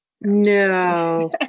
No